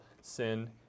sin